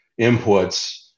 inputs